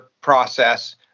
process